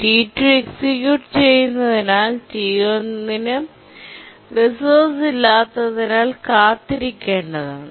T2 execute ചെയ്യുന്നതിനാൽ T1 ന് resource ഇല്ലാത്തതിനാൽ കാത്തിരിക്കേണ്ടതാണ്